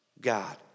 God